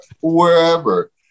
wherever